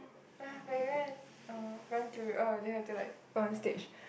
ah back then uh run through oh they have to like go on stage